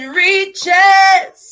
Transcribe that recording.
reaches